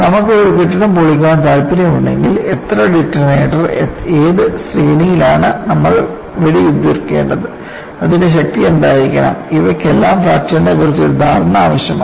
നമുക്ക് ഒരു കെട്ടിടം പൊളിക്കാൻ താൽപ്പര്യമുണ്ടെങ്കിൽ എത്ര ഡിറ്റണേറ്റർ ഏത് ശ്രേണിയിലാണ് നമ്മൾ വെടിയുതിർക്കേണ്ടത് അതിന്റെ ശക്തി എന്തായിരിക്കണം ഇവയ്ക്കെല്ലാം ഫ്രാക്ചർനെക്കുറിച്ച് ഒരു ധാരണ ആവശ്യമാണ്